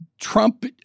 trump